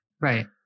Right